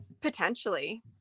potentially